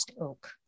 oak